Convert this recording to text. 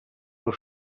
del